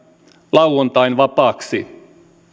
lauantain vapaaksi